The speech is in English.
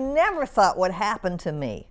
never thought would happen to me